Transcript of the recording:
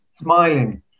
smiling